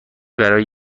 برای